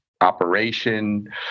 operation